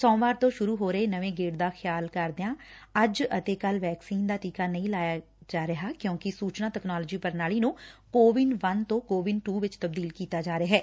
ਸੋਮਵਾਰ ਤੋ ਸੁਰੂ ਹੋ ਰਹੇ ਨਵੇ ਗੇੜ ਦਾ ਖਿਆਲ ਕਰਦਿਆਂ ਅੱਜ ਅਤੇ ਕੱਲੂ ਵੈਕਸੀਨ ਦਾ ਟੀਕਾ ਨਹੀਂ ਲਾਇਆ ਜਾ ਰਿਹਾ ਕਿਉਂਕਿ ਸੁਚਨਾਂ ਤਕਨਾਲੋਜੀ ਪੁਣਾਲੀ ਨੂੰ ਕੋਵਿਨ ਵਨ ਤੋਂ ਕੋਵਿਨ ਟੁ ਵਿਚ ਤਬਦੀਲ ਕੀਤਾ ਜਾ ਰਿਹੈ